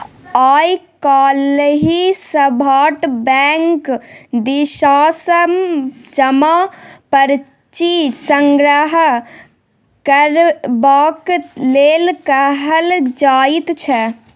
आय काल्हि सभटा बैंक दिससँ जमा पर्ची संग्रह करबाक लेल कहल जाइत छै